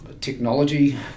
technology